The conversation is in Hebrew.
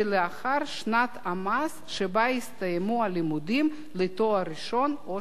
שנת המס שבה הסתיימו הלימודים לתואר הראשון או השני.